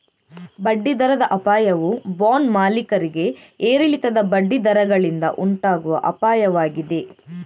ಬಡ್ಡಿ ದರದ ಅಪಾಯವು ಬಾಂಡ್ ಮಾಲೀಕರಿಗೆ ಏರಿಳಿತದ ಬಡ್ಡಿ ದರಗಳಿಂದ ಉಂಟಾಗುವ ಅಪಾಯವಾಗಿದೆ